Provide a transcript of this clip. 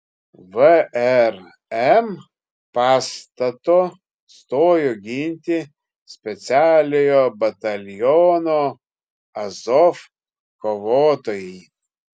vrm pastato stojo ginti specialiojo bataliono azov kovotojai